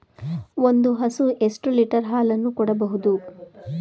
ಒಂದು ಹಸು ಎಷ್ಟು ಲೀಟರ್ ಹಾಲನ್ನು ಕೊಡಬಹುದು?